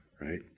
right